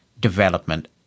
development